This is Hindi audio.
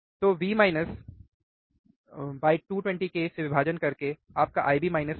तो V 220 k से विभाजन करके आपकी IB और IB होगा